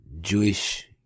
Jewish